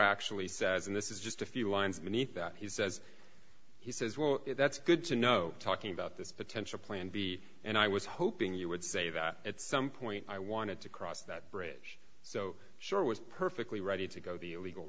actually says and this is just a few lines beneath that he says he says well that's good to know talking about this potential plan b and i was hoping you would say that at some point i wanted to cross that bridge so sure was perfectly ready to go the legal